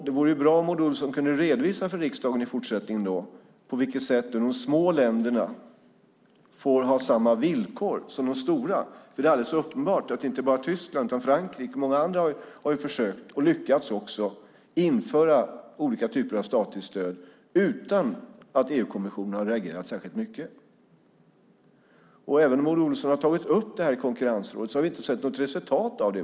Det vore bra om Maud Olofsson kunde redovisa för riksdagen i fortsättningen på vilket sätt de små länderna får ha samma villkor som de stora. Det är alldeles uppenbart att inte bara Tyskland utan också Frankrike och många andra har försökt och lyckats införa olika typer av statligt stöd utan att EU-kommissionen har reagerat särskilt mycket. Även om Maud Olofsson har tagit upp det här i konkurrensrådet har vi inte sett något resultat av det.